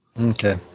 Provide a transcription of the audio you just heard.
Okay